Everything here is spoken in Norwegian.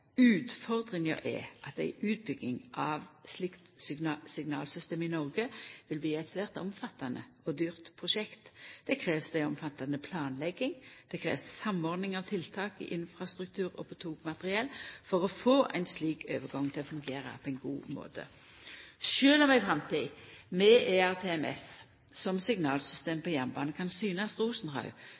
Utfordringa er at ei utbygging av slikt signalsystem i Noreg vil bli eit svært omfattande og dyrt prosjekt. Det krevst ei omfattande planlegging, det krevst samordning av tiltak i infrastruktur og på togmateriell for å få ein slik overgang til å fungera på ein god måte. Sjølv om ei framtid med ERTMS som signalsystem på jernbanen kan